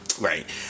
Right